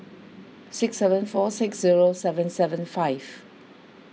six seven four six zero seven seven five